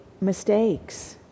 mistakes